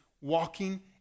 walking